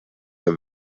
der